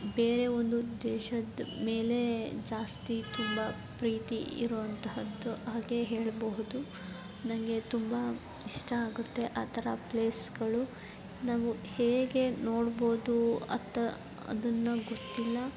ಬೇರೆ ಒಂದು ದೇಶದ ಮೇಲೆ ಜಾಸ್ತಿ ತುಂಬ ಪ್ರೀತಿ ಇರುವಂತಹದ್ದು ಹಾಗೆ ಹೇಳಬಹುದು ನನಗೆ ತುಂಬ ಇಷ್ಟ ಆಗುತ್ತೆ ಆ ಥರ ಪ್ಲೇಸ್ಗಳು ನಾವು ಹೇಗೆ ನೋಡ್ಬೋದು ಅತ್ತ ಅದನ್ನು ಗೊತ್ತಿಲ್ಲ